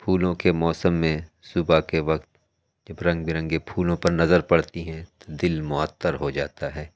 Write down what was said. پھولوں کے موسم میں صُبح کے وقت جب رنگ برنگے پھولوں پر نظر پڑتی ہیں تو دِل معطر ہو جاتا ہے